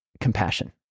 compassion